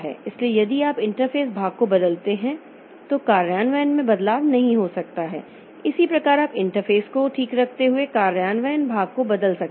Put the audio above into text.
इसलिए यदि आप इंटरफ़ेस भाग को बदलते हैं तो कार्यान्वयन में बदलाव नहीं हो सकता है इसी प्रकार आप इंटरफ़ेस को ठीक रखते हुए कार्यान्वयन भाग को बदल सकते हैं